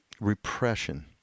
repression